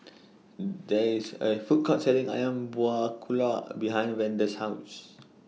There IS A Food Court Selling Ayam Buah Keluak behind Vander's House